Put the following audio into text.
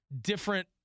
different